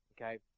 Okay